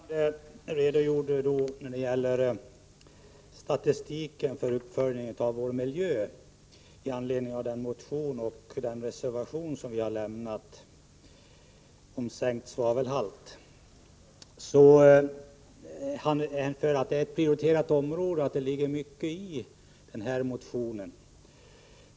Herr talman! Utskottets ordförande redogjorde för statistiken för uppföljning av vår miljö med anledning av den motion och den reservation om sänkt svavelhalt som vi har avgivit. Han säger att det är ett prioriterat område och att det ligger mycket i synpunkterna i motionen.